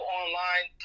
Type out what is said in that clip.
online